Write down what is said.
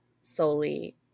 solely